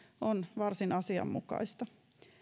on varsin asianmukaista